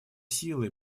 силы